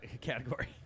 category